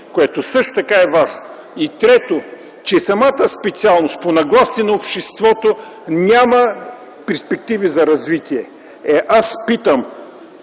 което също така е важно. И трето, че самата специалност по нагласите на обществото, няма перспективи за развитие. Софийският